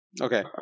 Okay